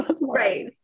right